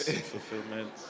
fulfillment